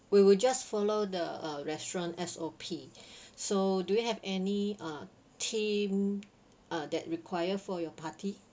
we will just follow the uh restaurant S_O_P so do you have any uh theme uh that require for your party